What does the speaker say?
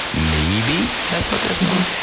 maybe that's what they're smelling.